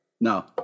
No